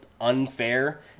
Unfair